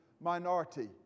minority